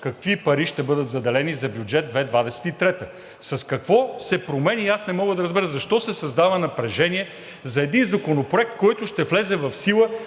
какви пари ще бъдат заделени за Бюджет 2023 г.? С какво се променя и аз не мога да разбера защо се създава напрежение за един законопроект, който ще влезе в сила